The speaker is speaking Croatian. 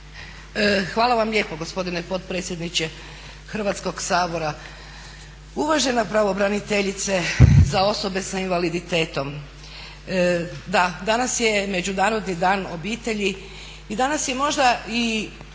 Hvala vam lijepo gospodine potpredsjedniče Hrvatskog sabora. Uvažena pravobraniteljice za osobe sa invaliditetom, da danas je Međunarodni dan obitelji i danas je možda i